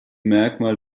merkmal